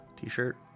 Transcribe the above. T-shirt